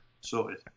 Sorted